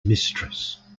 mistress